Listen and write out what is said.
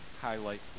highlight